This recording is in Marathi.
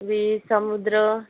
बीच समुद्र